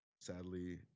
sadly